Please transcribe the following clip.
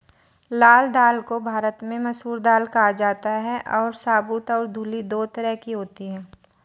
लाल दाल को भारत में मसूर दाल कहा जाता है और साबूत और धुली दो तरह की होती है